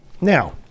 Now